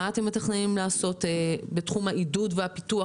מה אתם מתכננים לעשות בתחום העידוד והפיתוח